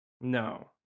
No